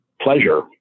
pleasure